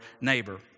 neighbor